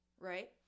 Right